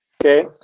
Okay